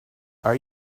are